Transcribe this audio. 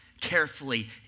carefully